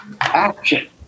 Action